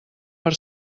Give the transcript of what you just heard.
per